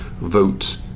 vote